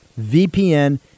VPN